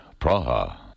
Praha